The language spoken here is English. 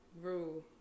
rule